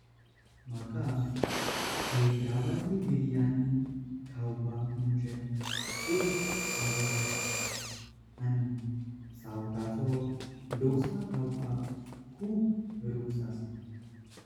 मका हैदराबादी बिर्याणी खवपाक मुञ्चे खुयप आवड असा। आनी साउथाचो डोसा खवपाक रुच असा।